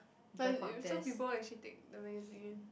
like you some people actually take the magazine